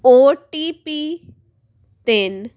ਓ T P ਤਿੰਨ